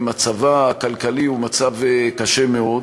מצבה הכלכלי הוא קשה מאוד,